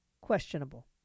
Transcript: questionable